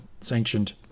sanctioned